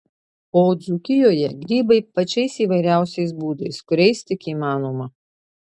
o dzūkijoje grybai pačiais įvairiausiais būdais kuriais tik įmanoma